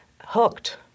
hooked